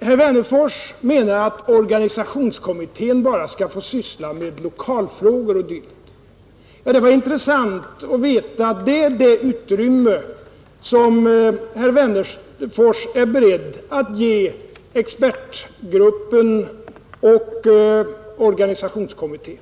Herr Wennerfors menar att organisationskommittén bara skall få syssla med lokalfrågor och dylikt. Det var intressant att få veta att det är det utrymme som herr Wennerfors är beredd att ge expertgruppen och organisationskommittén.